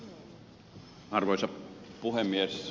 arvoisa puhemies